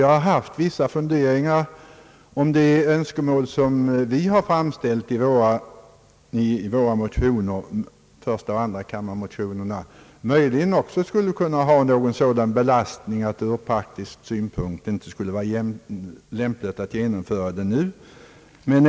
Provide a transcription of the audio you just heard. Jag har haft vissa funderingar huruvida de önskemål som vi har framfört i våra motioner i första och andra kammaren möjligen också skulle kunna ha någon sådan belastning att det ur praktisk synpunkt inte skulle vara lämpligt att genomföra den av oss föreslagna ordningen nu.